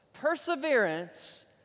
perseverance